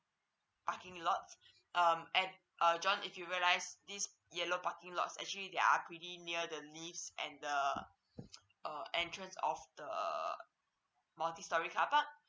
parking lot um and john if you realize this yellow parking lots actually they are pretty near the lifts and the uh entrance of the multi storey car park